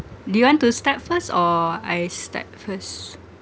do you want to start first or I start first